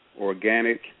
organic